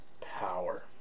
power